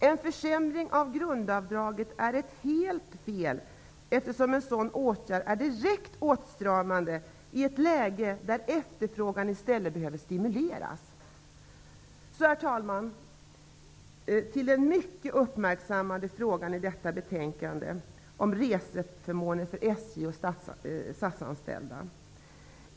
En försämring av grundavdraget är helt fel, eftersom en sådan åtgärd är direkt åtstramande i ett läge där efterfrågan i stället behöver stimuleras. Herr talman! Så till den mycket uppmärksammade frågan om reseförmåner för SJ och SAS-anställda, vilken behandlas i detta betänkande.